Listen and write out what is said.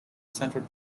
central